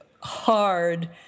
hard